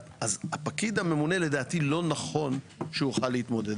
אז הפקיד הממונה, לדעתי, לא נכון שיוכל להתמודד.